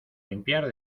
limpiar